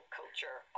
culture